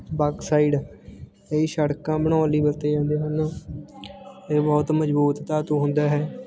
bauxite ਇਹ ਸੜਕਾਂ ਬਣਾਉਣ ਲਈ ਵਰਤੇ ਜਾਂਦੇ ਹਨ ਇਹ ਬਹੁਤ ਮਜ਼ਬੂਤ ਧਾਤੂ ਹੁੰਦਾ ਹੈ